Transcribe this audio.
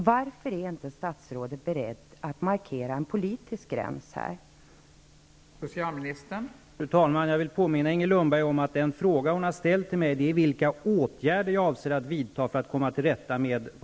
Varför är inte statsrådet beredd att markera en politisk gräns i detta sammanhang?